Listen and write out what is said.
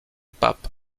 papes